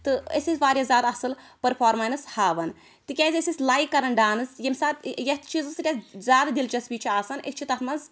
تہٕ أسۍ ٲسۍ واریاہ زیادٕ اَصٕل پٔرفارمٮ۪نٕس ہاوان تِکیٛازِ أسۍ ٲسۍ لایک کران ڈانٕس ییٚمہِ ساتہٕ یتھ چیٖزَس سۭتۍ اَسہِ زیادٕ دلچسپی چھِ آسان أسۍ چھِ تتھ مَنٛز